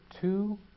two